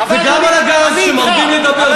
וגם על הגז שמרבים לדבר,